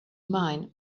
mine